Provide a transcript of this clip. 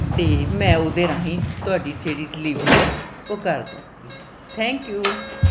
ਅਤੇ ਮੈਂ ਉਹਦੇ ਰਾਹੀਂ ਤੁਹਾਡੀ ਜਿਹੜੀ ਡਿਲੀਵਰੀ ਹੈ ਉਹ ਕਰ ਦਊਂਗੀ ਥੈਂਕ ਯੂ